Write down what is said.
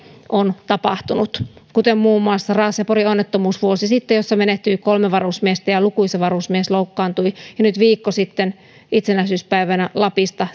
on tapahtunut kuten muun maussa raaseporin onnettomuus vuosi sitten jossa menehtyi kolme varusmiestä ja lukuisat varusmiehet loukkaantuivat ja nyt viikko sitten itsenäisyyspäivänä lapista